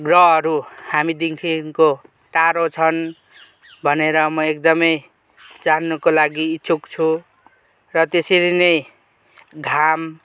ग्रहहरू हामीदेखिको टाढो छन् भनेर म एकदमै जान्नुको लागि इच्छुक छु र त्यसरी नै घाम